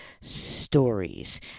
stories